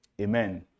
Amen